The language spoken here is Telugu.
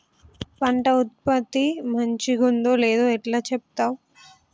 పంట ఉత్పత్తి మంచిగుందో లేదో ఎట్లా చెప్తవ్?